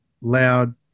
loud